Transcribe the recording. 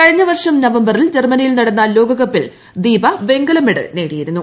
കഴിഞ്ഞ വർഷം നവംബറിൽ ജർമ്മനിയിൽ നടന്ന ലോകകപ്പിൽ ദീപ വെങ്കലമെഡൽ നേടിയിരുന്നു